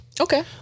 okay